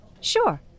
sure